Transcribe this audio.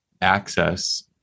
access